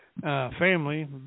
family